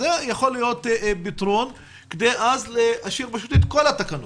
זה יכול להיות פתרון כדי אז להשאיר פשוט את כל התקנות,